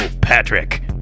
Patrick